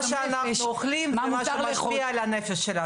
ברור, מה שאנחנו אוכלים משפיע על הנפש שלנו.